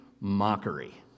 mockery